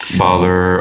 father